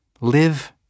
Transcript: Live